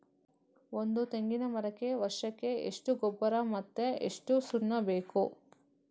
ಒಂದು ತೆಂಗಿನ ಮರಕ್ಕೆ ವರ್ಷಕ್ಕೆ ಎಷ್ಟು ಗೊಬ್ಬರ ಮತ್ತೆ ಎಷ್ಟು ಸುಣ್ಣ ಬೇಕು?